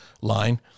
line